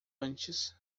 antes